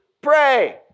pray